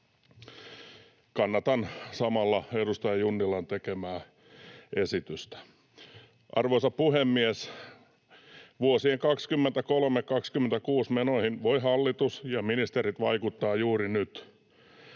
Kannatan samalla edustaja Junnilan tekemää esitystä. Arvoisa puhemies! Vuosien 23—26 menoihin voivat hallitus ja ministerit vaikuttaa juuri nyt.